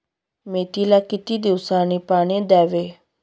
मेथीला किती दिवसांनी पाणी द्यावे?